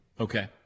Okay